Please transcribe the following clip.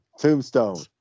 Tombstone